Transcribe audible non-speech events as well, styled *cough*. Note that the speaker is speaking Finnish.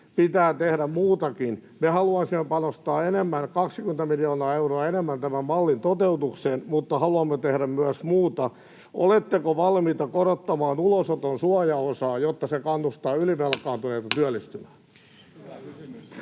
pitää tehdä muutakin. Me haluaisimme panostaa enemmän, 20 miljoonaa euroa enemmän, tämän mallin toteutukseen, mutta haluamme tehdä myös muuta. Oletteko valmiita korottamaan ulosoton suojaosaa, *noise* jotta se kannustaa ylivelkaantuneita työllistymään?